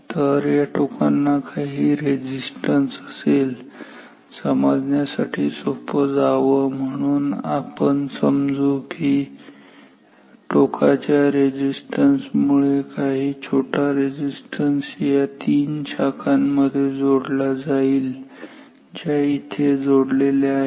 तर या टोकांना काही रेझिस्टन्स असेल समजण्यासाठी सोपं जावं म्हणून आपण समजू की टोकाच्या रेझिस्टन्स मुळे काही छोटा रेझिस्टन्स या तीन शाखांमध्ये जोडला जाईल ज्या येथे जोडलेल्या आहेत